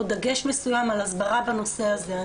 או דגש מסוים על הסברה בנושא הזה.